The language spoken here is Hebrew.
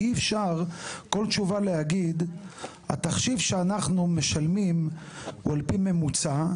אי אפשר כל תשובה להגיד התחשיב שאנחנו משלמים הוא על פי ממוצע.